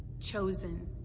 chosen